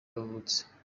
yavutse